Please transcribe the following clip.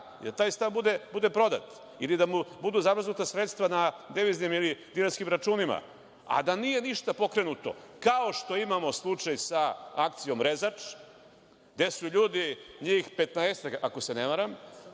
da taj stan bude prodat ili da mu budu zamrznuta sredstva na deviznim ili dinarskim računima, a da nije ništa pokrenuto, kao što imamo slučaj sa akcijom „Rezač“. LJudi su, njih 86 o trošku države